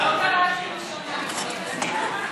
לא קראת אותי בקריאה ראשונה.